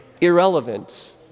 irrelevant